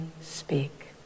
speak